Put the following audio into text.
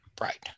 Right